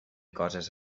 coses